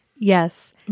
Yes